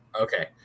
Okay